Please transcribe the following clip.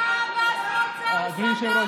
לא יהפוך לאמת.